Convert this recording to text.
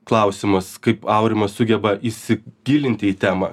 klausimas kaip aurimas sugeba įsigilinti į temą